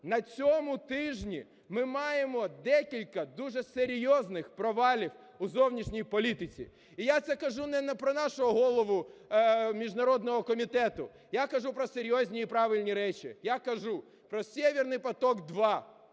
На цьому тижні ми маємо декілька дуже серйозних провалів у зовнішній політиці. І я це кажу не про нашого голову міжнародного комітету, я кажу про серйозні і правильні речі. Я кажу про "Северный поток